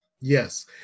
Yes